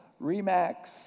REMAX